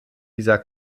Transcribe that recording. dieser